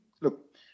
Look